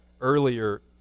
earlier